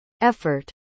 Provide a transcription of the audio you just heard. effort